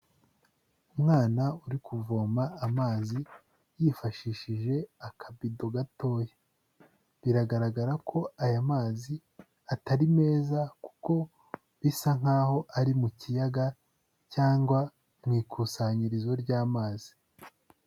Umwana uri kuvoma amazi yifashishije akabido gatoya, biragaragara ko aya mazi atari meza kuko bisa nk'aho ari mu kiyaga, cyangwa mu ikusanyirizo ry'amazi.